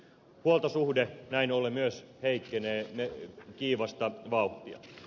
huoltosuhde näin ollen myös heikkenee kiivasta vauhtia